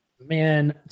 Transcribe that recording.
Man